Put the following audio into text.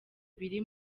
biri